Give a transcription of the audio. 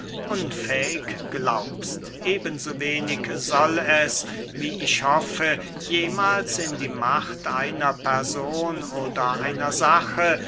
unfähig glaubst eben so wenig soll es wie ich hoffe jemahls in die macht einer person oder einer sache